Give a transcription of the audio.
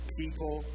people